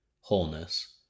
wholeness